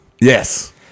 yes